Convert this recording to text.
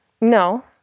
No